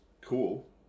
cool